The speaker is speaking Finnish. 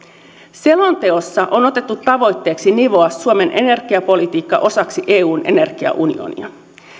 selonteossa on otettu tavoitteeksi nivoa suomen energiapolitiikka osaksi eun energiaunionia